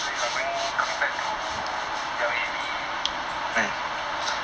so you are going coming back to P_I_A_B when